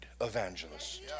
evangelist